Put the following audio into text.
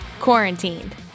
quarantined